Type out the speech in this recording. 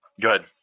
Good